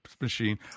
Machine